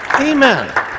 Amen